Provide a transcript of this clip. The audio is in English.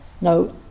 No